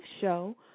show